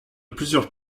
plusieurs